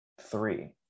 three